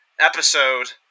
episode